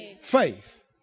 faith